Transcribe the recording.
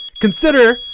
consider